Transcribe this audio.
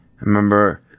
Remember